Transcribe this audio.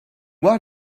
what